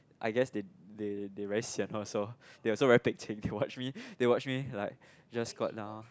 I guess they they they very sian also they also very pek-chek to watch me they watch me like just got now